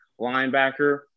linebacker